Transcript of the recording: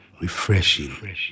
Refreshing